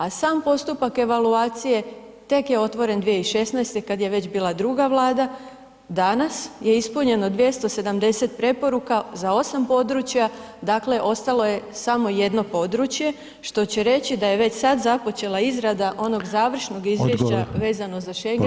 A sam postupak evaluacije tek je otvoren 2016. kad je već bila druga vlada, danas je ispunjeno 270 preporuka za 8 područja, dakle ostalo je samo 1 područje, što će reći da je već sad započela izrada onog završnog izvješća vezano za Schenegen za RH.